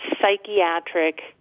psychiatric